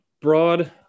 broad